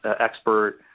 expert